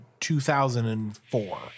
2004